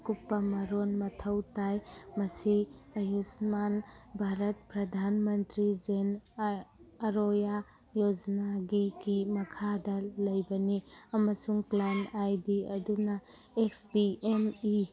ꯑꯀꯨꯞꯄ ꯃꯔꯣꯜ ꯃꯊꯧ ꯇꯥꯏ ꯃꯁꯤ ꯑꯌꯨꯁꯃꯥꯟ ꯚꯥꯔꯠ ꯄ꯭ꯔꯗꯥꯟ ꯃꯟꯇ꯭ꯔꯤ ꯖꯦꯟ ꯑꯔꯣꯒ꯭ꯌꯥ ꯌꯣꯖꯅꯥꯒꯤꯀꯤ ꯃꯈꯥꯗ ꯂꯩꯕꯅꯤ ꯑꯃꯁꯨꯡ ꯀ꯭ꯂꯦꯝ ꯑꯥꯏ ꯗꯤ ꯑꯗꯨꯅ ꯑꯦꯛꯁ ꯄꯤ ꯑꯦꯟ ꯏ